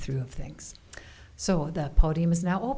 through things so that podium is now